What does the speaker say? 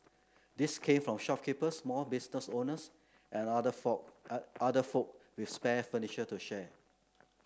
these came from shopkeepers small business owners and other folk other folk with spare furniture to share